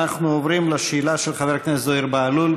אנחנו עוברים לשאלה של חבר הכנסת זוהיר בהלול.